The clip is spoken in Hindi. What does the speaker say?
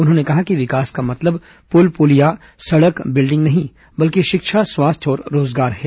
उन्होंने कहा कि विकास का मतलब पुल पुलिया सड़क बिल्डिंग नहीं बल्कि शिक्षा स्वास्थ्य और रोजगार है